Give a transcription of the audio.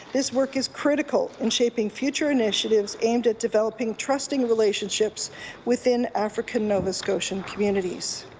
this work is critical in shaping future initiatives and to developing trusting relationships within african nova scotian communities.